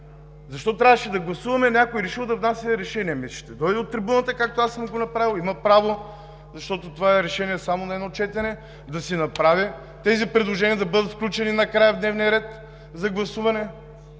Защо трябваше да гласуваме, че някой е решил да внася решение? Ами ще дойде от трибуната, както аз съм го направил – има право, защото това е решение само на едно четене, да си направи предложение и тези решения да бъдат включени накрая в дневния ред за гласуване,